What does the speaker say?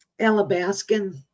Alabaskan